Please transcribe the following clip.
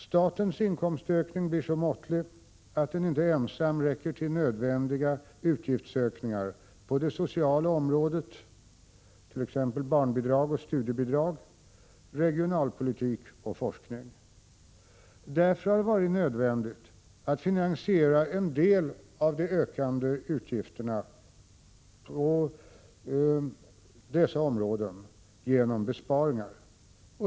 Statens inkomstökning blir så måttlig att den inte ensam räcker till nödvändiga utgiftsökningar på det sociala området, t.ex. barnbidrag och studiebidrag, till regionalpolitik och till forskning. Därför har det varit nödvändigt att finansiera en del av de ökande utgifterna på dessa områden genom besparingar.